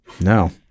No